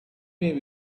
may